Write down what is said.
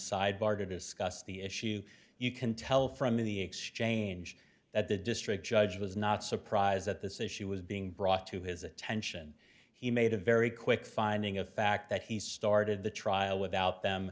side bar to discuss the issue you can tell from the exchange that the district judge was not surprised at this issue was being brought to his attention he made a very quick finding of fact that he started the trial without them